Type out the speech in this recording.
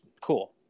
Cool